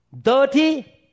dirty